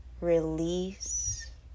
release